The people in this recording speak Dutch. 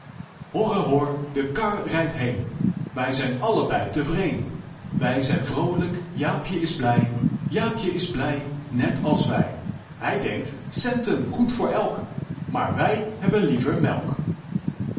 horre hor de kar rijdt heen wij zijn allebei tevreen wij zijn vroolijk jaapje is blij jaapje is blij net als wij hij denkt centen goed voor elk maar wij hebben liever melk